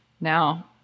now